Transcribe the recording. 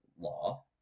law